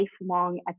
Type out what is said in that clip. lifelong